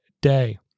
day